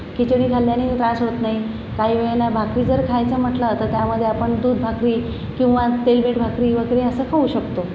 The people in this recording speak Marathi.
खिचडी खाल्ल्याने त्रास होत नाही काही वेळेला भाकरी जर खायचं म्हटलं तर त्यामध्ये आपण दूधभाकरी किंवा तेल मीठ भाकरी वगैरे असं खाऊ शकतो